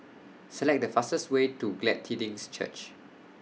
Select The fastest Way to Glad Tidings Church